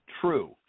true